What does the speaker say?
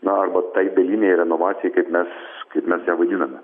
na arba tai dalinei renovacijai kaip mes kaip mes ją vaidiname